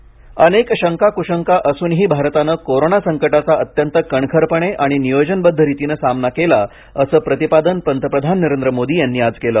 पंतप्रधान अनेक शंका कुशंका असूनही भारतानं कोरोना संकटाचा अत्यंत कणखरपणे आणि नियोजनबद्ध रितीनं सामना केला असं प्रतिपादन पंतप्रधान नरेंद्र मोदी यांनी आज केलं